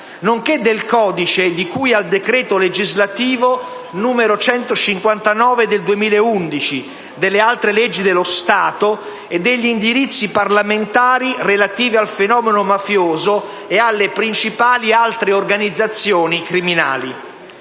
nonché del codice di cui al decreto legislativo n. 159 del 2011, delle altre leggi dello Stato e degli indirizzi parlamentari relativi al fenomeno mafioso e alle principali altre organizzazioni criminali;